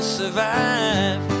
survive